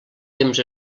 temps